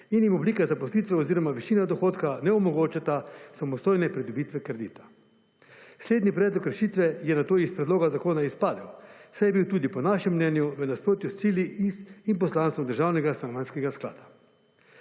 in jim oblika zaposlitve oziroma višina dohodka ne omogočata samostojne pridobitve kredita. Slednji predlog rešitve je zato iz Predloga zakona izpadel, saj je bil tudi po našem mnenju v nasprotju s cilji in poslanstvom državnega Stanovanjskega sklada.